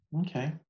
Okay